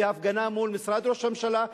והפגנה מול משרד ראש הממשלה.